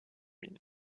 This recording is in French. mine